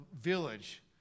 village